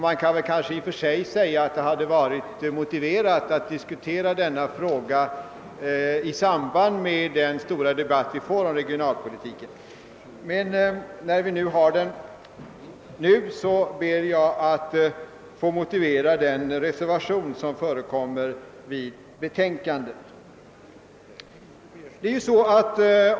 Man kan kanske i och för sig mena att det hade varit lämpligt att diskutera denna fråga i samband med den stora debatt vi får om regionalpolitiken, men när vi nu har den på bordet ber jag att få motivera den reservation som är fogad vid statsutskottets utlåtande.